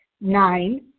Nine